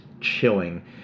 chilling